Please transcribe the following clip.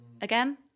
again